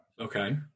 Okay